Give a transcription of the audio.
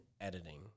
editing